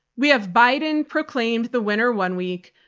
we have biden proclaimed the winner one week,